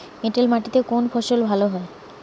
এঁটেল মাটিতে কোন ফসল ভালো হয়?